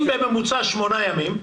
אם בממוצע זה שמונה ימים,